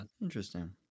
interesting